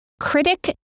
critic